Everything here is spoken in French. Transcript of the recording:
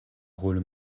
rôle